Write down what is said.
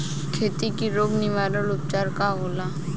खेती के रोग निवारण उपचार का होला?